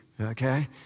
okay